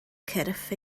cyrff